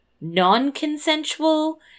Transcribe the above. non-consensual